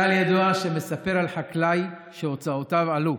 משל ידוע מספר על חקלאי שהוצאותיו עלו.